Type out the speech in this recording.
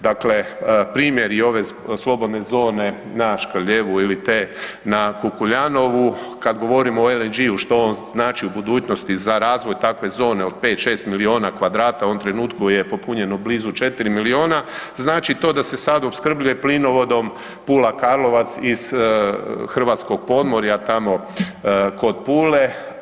Dakle, primjer i ove slobodne zone na Škrljevu ili te na Kukuljanovu, kad govorimo o LNG-u, što on znači u budućnosti za razvoj takve zone od 5,6 milijuna kvadrata, u ovom trenutku je popunjeno blizu 4 milijuna, znači to da se sad opskrbljuje plinovodom Pula-Karlovac iz hrvatskog podmorja, tamo kod Pule.